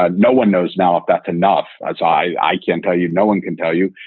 ah no one knows now if that's enough, as i can tell you. no one can tell you,